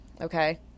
okay